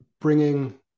bringing